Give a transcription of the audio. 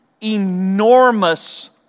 enormous